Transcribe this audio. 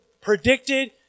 predicted